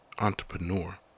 entrepreneur